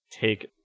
take